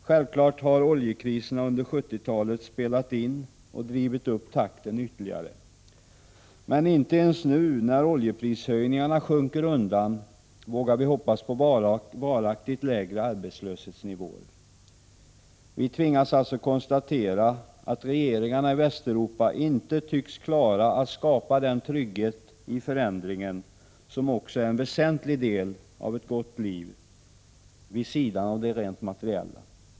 Självklart har oljekriserna under 1970-talet spelat in och drivit upp takten ytterligare, men inte ens nu, när oljeprishöjningarna sjunker undan, vågar vi hoppas på varaktigt lägre arbetslöshetsnivåer. Vi tvingas alltså konstatera att regeringarna i Västeuropa inte tycks klara att skapa den trygghet i förändringen som också är en väsentlig del av ett gott liv, vid sidan om det rent materiella.